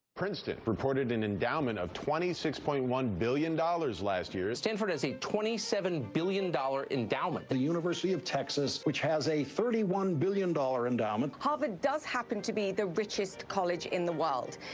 princeton reported an endowment of twenty six point one billion dollars last year. stanford has a twenty seven billion dollars endowment. the university of texas, which has a thirty one billion dollars endowment. harvard does happen to be the richest college in the world.